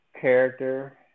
character